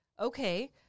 Okay